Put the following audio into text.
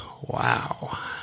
wow